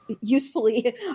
usefully